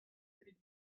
evit